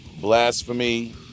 Blasphemy